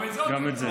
גם את זה לא ייתנו.